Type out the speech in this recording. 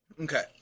Okay